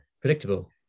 predictable